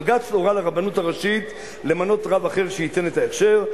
בג"ץ הורה לרבנות הראשית למנות רב אחר שייתן את ההכשר,